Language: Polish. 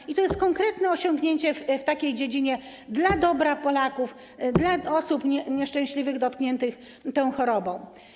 I to jest konkretne osiągnięcie w takiej dziedzinie dla dobra Polaków, dla osób nieszczęśliwych, dotkniętych tą chorobą.